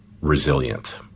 resilient